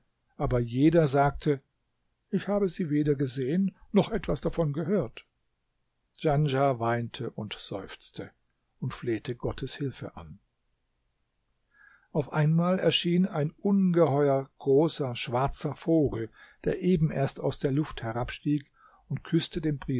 aber jeder sagte ich habe sie weder gesehen noch etwas davon gehört djanschah weinte und seufzte und flehte gottes hilfe an auf einmal erschien ein ungeheuer großer schwarzer vogel der eben erst aus der luft herabstieg und küßte dem